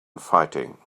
fighting